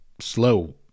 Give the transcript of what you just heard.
slow